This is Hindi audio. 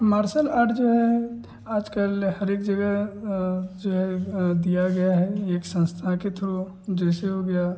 मार्सल आर्ट जो है आज कल हर एक जगह जो है दिया गया है एक संस्था के थ्रू जैसे हो गया